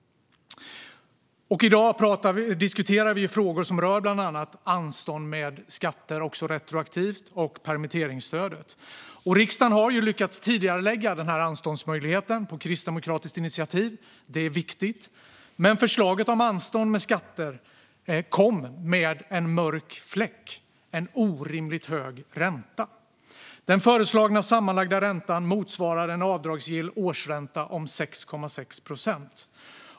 I dag diskuterar vi bland annat anstånd med skatter också retroaktivt och permitteringsstödet. Riksdagen har på kristdemokratiskt initiativ lyckats tidigarelägga anståndsmöjligheten. Det är viktigt. Men förslaget om anstånd med skatter kom med en mörk fläck, en orimligt hög ränta. Den föreslagna sammanlagda räntan motsvarar en avdragsgill årsränta om 6,6 procent.